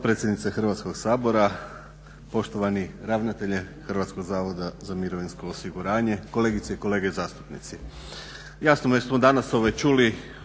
potpredsjednice Hrvatskog sabora. Poštovani ravnatelju Hrvatskog zavoda za mirovinsko osiguranje, kolegice i kolege zastupnici. Jasno već smo danas čuli